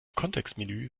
kontextmenü